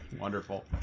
wonderful